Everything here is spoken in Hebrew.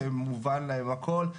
שמובן להם הכול,